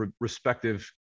respective